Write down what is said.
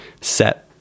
set